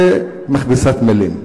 זו מכבסת מלים.